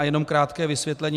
Jenom krátké vysvětlení.